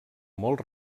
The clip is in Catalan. molt